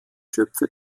schöpfer